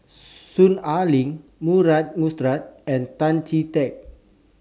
Soon Ai Ling Murray Buttrose and Tan Chee Teck